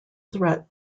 threat